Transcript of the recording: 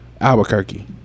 Albuquerque